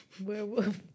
werewolf